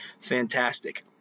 fantastic